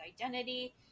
identity